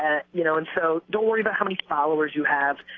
ah you know, and, so don't worry about how many followers you have,